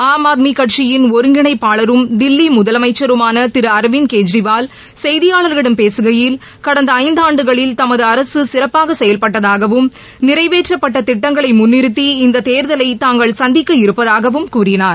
ஆம் ஆத்மி கட்சியின் ஒருங்கிணைப்பாளரும் தில்லி முதலமைச்சருமான திரு அரவிந்த் கெற்ரிவால் செய்தியாளர்களிடம் பேசுகையில் செயல்பட்டதாகவும் நிறைவேற்றப்பட்ட திட்டங்களை முன்னிறுத்தி இந்த தேர்தலை தாங்கள் சந்திக்க இருப்பதாகவும் கூறினார்